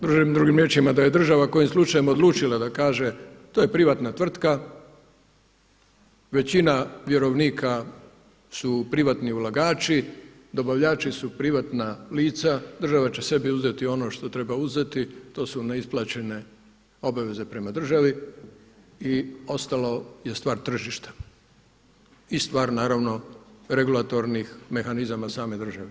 Drugim riječima da je država kojim slučajem odlučila da kaže to je privatna tvrtka, većina vjerovnika su privatni ulagači, dobavljači su privatna lica, država će sebi uzeti ono što treba uzeti to su neisplaćene obaveze prema državi i ostalo je stvar tržišta i stvar naravno regulatornih mehanizama same države.